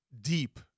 deep